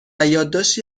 یادداشتی